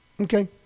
Okay